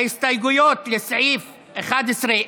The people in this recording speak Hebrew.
ההסתייגויות לסעיף 11,